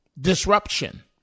disruption